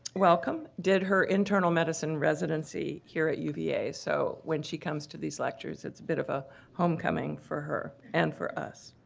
welcome, did her internal medicine residency here at uva. so when she comes to these lectures it's a bit of a homecoming for her and for us.